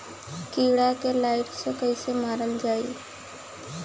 कीड़ा के लाइट से कैसे मारल जाई?